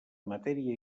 matèria